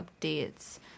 updates